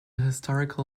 historical